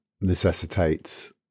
necessitates